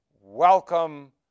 welcome